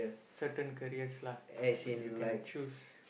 certain careers lah you can choose